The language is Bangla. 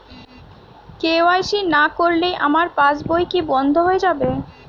কে.ওয়াই.সি না করলে আমার পাশ বই কি বন্ধ হয়ে যাবে?